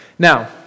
Now